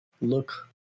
look